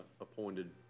appointed